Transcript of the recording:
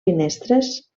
finestres